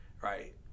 right